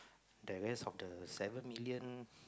the rest of the seven million